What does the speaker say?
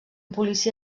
policia